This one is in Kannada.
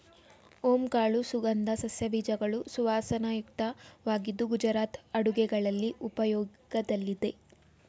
ಓಂ ಕಾಳು ಸುಗಂಧ ಸಸ್ಯ ಬೀಜಗಳು ಸುವಾಸನಾಯುಕ್ತವಾಗಿದ್ದು ಗುಜರಾತ್ ಅಡುಗೆಗಳಲ್ಲಿ ಉಪಯೋಗದಲ್ಲಿದೆ